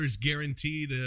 guaranteed